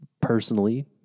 personally